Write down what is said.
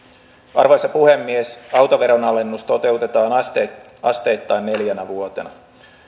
arvoisa puhemies autoveron alennus toteutetaan asteittain neljänä vuotena